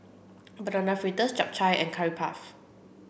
banana fritters chap chai and curry puff